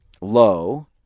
low